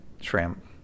shrimp